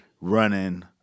running